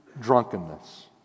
drunkenness